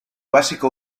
básico